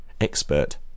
expert